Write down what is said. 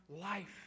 life